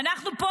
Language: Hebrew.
אנחנו פה,